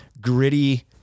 gritty